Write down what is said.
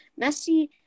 Messi